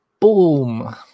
Boom